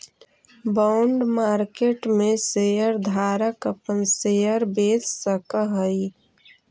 bond market में share धारक अपना शेयर बेच सकऽ हई